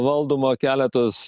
valdoma keletas